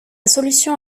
solution